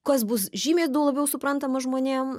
kas bus žymiai daug labiau suprantama žmonėm